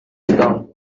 dedans